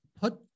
put